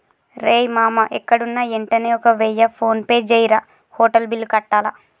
రేయ్ మామా ఎక్కడున్నా యెంటనే ఒక వెయ్య ఫోన్పే జెయ్యిరా, హోటల్ బిల్లు కట్టాల